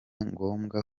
ngombwa